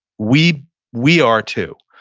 we we are too.